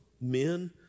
men